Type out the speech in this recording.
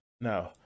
No